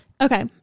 Okay